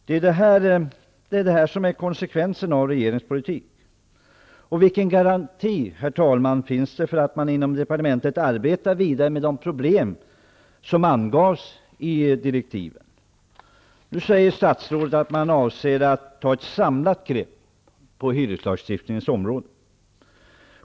Det är detta som är konsekvensen av regeringens politik. Vilken garanti finns det, herr talman, för att man inom departementet arbetar vidare med de problem som angavs i direktiven? Nu säger statsrådet att man avser att ta ett samlat grepp på hyreslagstiftningens område.